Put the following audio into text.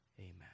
Amen